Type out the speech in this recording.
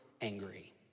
angry